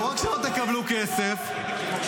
לא רק שלא תקבלו כסף --- מי העביר את המזוודות לחמאס?